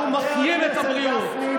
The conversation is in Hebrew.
אנחנו מחיים את הבריאות.